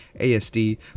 asd